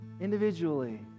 individually